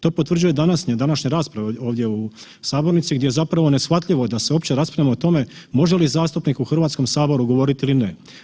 To potvrđuje današnja rasprava ovdje u sabornici gdje je zapravo neshvatljivo da se uopće raspravljamo o tome može li zastupnik u HS-u govoriti ili ne.